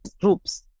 groups